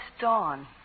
Dawn